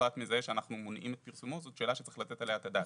פרט מזהה שאנחנו מונעים את פרסומו זו שאלה שצריך לתת עליה את הדעת.